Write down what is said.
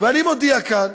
ואני מודיע כאן: